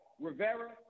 Rivera